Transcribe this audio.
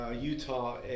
Utah